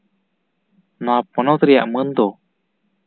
ᱱᱚᱣᱟ ᱯᱚᱱᱚᱛ ᱨᱮᱭᱟᱜ ᱢᱟᱹᱱ ᱫᱚ